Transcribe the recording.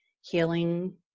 healing